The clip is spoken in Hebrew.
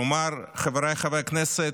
כלומר, חבריי חברי הכנסת,